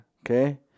Okay